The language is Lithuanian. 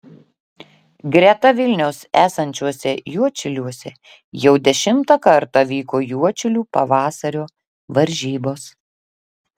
greta vilniaus esančiuose juodšiliuose jau dešimtą kartą vyko juodšilių pavasario varžybos